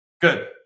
Good